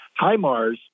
HIMARS